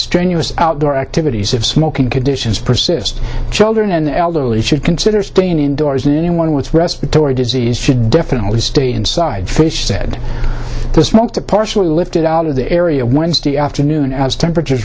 strenuous outdoor activities of smoking conditions persist children and the elderly should consider staying indoors and anyone with respiratory disease should definitely stay inside fish said the smoke to partially lifted out of the area wednesday afternoon as temperatures